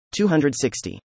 260